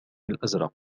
الأزرق